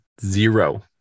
Zero